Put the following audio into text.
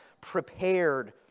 prepared